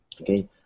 Okay